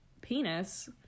penis